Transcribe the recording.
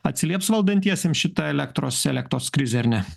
atsilieps valdantiesiems šita elektros elektros krizė ar ne